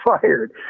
fired